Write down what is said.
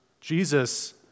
Jesus